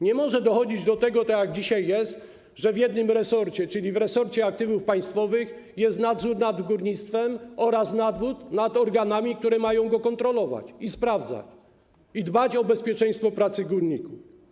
Nie może dochodzić do tego, tak jak jest dzisiaj, że w jednym resorcie, czyli w resorcie aktywów państwowych, jest nadzór nad górnictwem oraz nadzór nad organami, które mają je kontrolować, sprawdzać i dbać o bezpieczeństwo pracy górników.